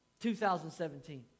2017